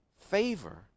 favor